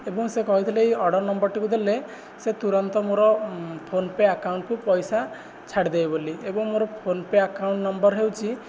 ଏବଂ ସେ କହିଥିଲେ ଏଇ ଅର୍ଡ଼ର ନମ୍ବରଟିକୁ ଦେଲେ ସେ ତୁରନ୍ତ ମୋର ଫୋନ୍ପେ ଆକାଉଣ୍ଟକୁ ପଇସା ଛାଡ଼ିଦେବେ ବୋଲି ଏବଂ ମୋର ଫୋନ୍ପେ ଆକାଉଣ୍ଟ ନମ୍ବର ହେଉଛି